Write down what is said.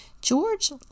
George